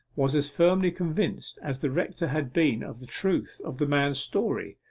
was as firmly convinced as the rector had been of the truth of the man's story,